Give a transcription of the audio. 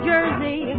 Jersey